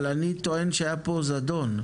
אבל אני טוען שהיה פה זדון,